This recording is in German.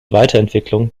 weiterentwicklung